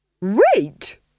Wait